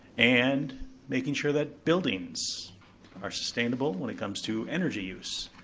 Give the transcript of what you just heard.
and making sure that buildings are sustainable when it comes to energy use.